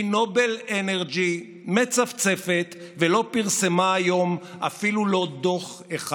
כי נובל אנרג'י מצפצפת ולא פרסמה עד היום אפילו לא דוח אחד.